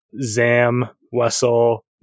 Zam-Wessel